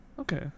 Okay